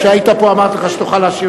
כשהיית פה אמרתי לך שתוכל להשיב,